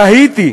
תהיתי: